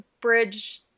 bridge